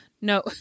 No